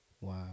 Wow